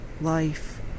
life